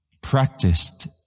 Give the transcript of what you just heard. practiced